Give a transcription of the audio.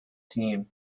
team